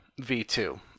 V2